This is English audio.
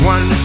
One